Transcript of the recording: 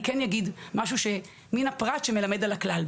אני כן אגיד משהו מן הפרט שמלמד על הכלל.